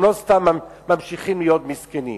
הם לא סתם ממשיכים להיות מסכנים,